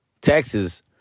Texas